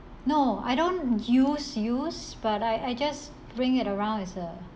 no I don't use use but I I just bring it around as a